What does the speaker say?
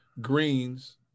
greens